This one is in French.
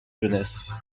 jeunesse